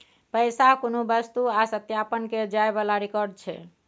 पैसा कुनु वस्तु आ सत्यापन केर जाइ बला रिकॉर्ड छै